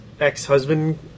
ex-husband